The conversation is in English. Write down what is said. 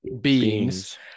beings